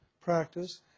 practice